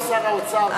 נמצא פה שר האוצר לשעבר,